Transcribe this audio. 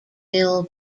mill